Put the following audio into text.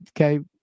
okay